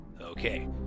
Okay